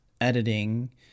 editing